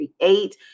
create